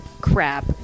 crap